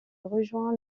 rejoint